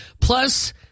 Plus